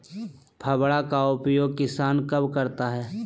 फावड़ा का उपयोग किसान कब करता है?